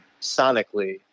sonically